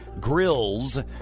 grills